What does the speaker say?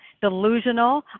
delusional